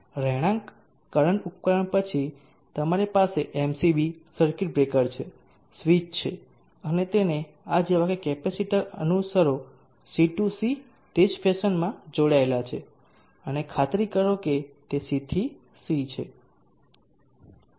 રહેણાંક કરંટ ઉપકરણ પછી તમારી પાસે MCB સર્કિટ બ્રેકર છે સ્વીચ અને તેને આ જેવા કેપેસિટર સાથે અનુસરો C ટુ C તે જ ફેશનમાં જોડાયેલ છે અને ખાતરી કરો કે તે C થી C છે